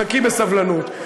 חכי בסבלנות.